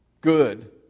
good